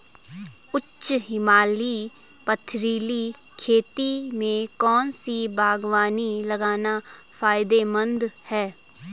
उच्च हिमालयी पथरीली खेती में कौन सी बागवानी लगाना फायदेमंद है?